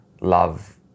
love